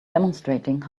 demonstrating